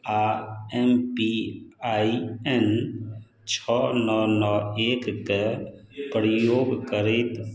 आओर M P I N छओ नओ नओ एकके प्रयोग करैत